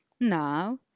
Now